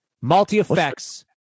Multi-effects